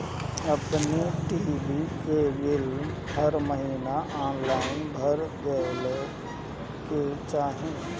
अपनी टी.वी के बिल हर महिना ऑनलाइन भर देवे के चाही